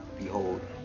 behold